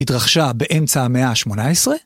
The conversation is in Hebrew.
התרחשה באמצע המאה ה-18